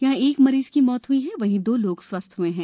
यहां एक मरीज की मृत्यु हुयी वहीं दो लोग स्वस्थ हुए हैं